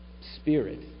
spirit